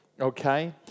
Okay